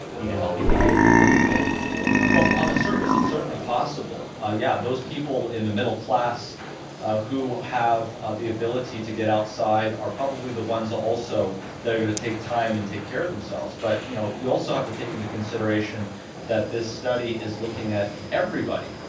eat a healthy diet in the first place. dr. seheult well on the surface it's certainly possible. ah yeah those people in the middle class who have the ability to get outside are probably the ones also that are going to take time and take care of themselves, but you know you also have to take into consideration that this study is looking at everybody,